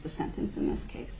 the sentence in this case